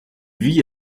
vit